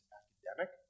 academic